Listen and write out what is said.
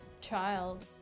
child